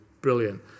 brilliant